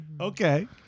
Okay